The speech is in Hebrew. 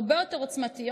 הרבה יותר עוצמתיות,